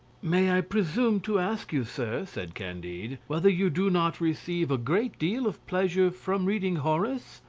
may i presume to ask you, sir, said candide, whether you do not receive a great deal of pleasure from reading horace?